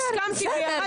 והסכמתי לזה.